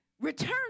Return